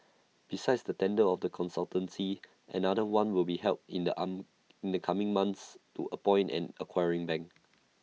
besides the tender of the consultancy another one will be held in the in the coming months to appoint an acquiring bank